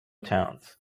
towns